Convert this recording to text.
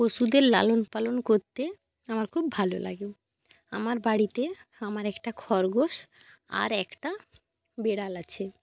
পশুদের লালন পালন করতে আমার খুব ভালো লাগে আমার বাড়িতে আমার একটা খরগোশ আর একটা বেড়াল আছে